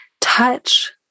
touch